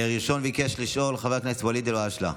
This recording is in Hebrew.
ראשון ביקש לשאול חבר הכנסת ואליד אלהואשלה.